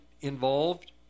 involved